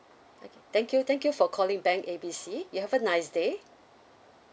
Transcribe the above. okay thank you thank you for calling bank A B C you have a nice day